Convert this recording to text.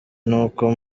n’uko